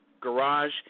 garage